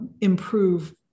improve